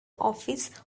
office